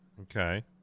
Okay